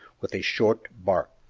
with a short bark.